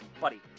buddy